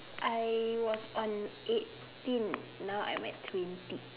I was on eighteen now I'm at twenty